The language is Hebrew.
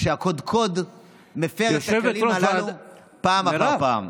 כשהקודקוד מפר את הכללים הללו פעם אחר פעם.